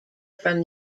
from